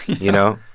you know?